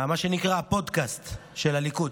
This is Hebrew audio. מה שנקרא: הפודקאסט של הליכוד.